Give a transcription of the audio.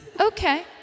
Okay